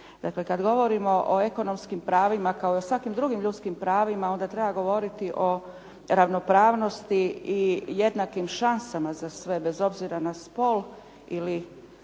kad govorimo o ekonomskim pravima kao i o svakim drugim ljudskim pravima, onda treba govoriti o ravnopravnosti i jednakim šansama za sve, bez obzira na spol ili